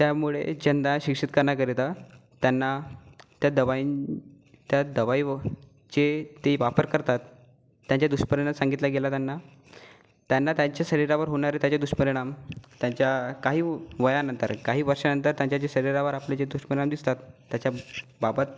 त्यामुळेच यंदा शिक्षित करण्याकरिता त्यांना त्या दवाईं त्या दवाईवचे ते वापर करतात त्यांचे दुष्परिणाम सांगितले गेले त्यांना त्यांना त्यांचे शरीरावर होणारे त्याचे दुष्परिणाम त्यांच्या काही वयानंतर काही वर्षानंतर त्यांच्या जे शरीरावर आपले दुष्परिणाम दिसतात त्याच्याबाबत